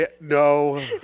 No